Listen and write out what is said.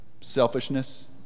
selfishness